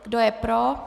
Kdo je pro?